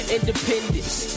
Independence